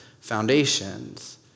foundations